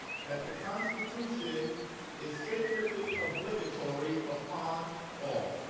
that the constitution is secretly obligatory upon all.